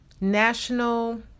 National